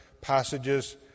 passages